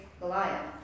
Goliath